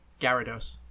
Gyarados